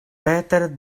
peter